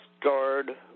guard